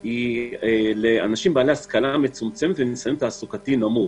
היא באנשים בעלי השכלה מצומצמת וניסיון תעסוקתי נמוך.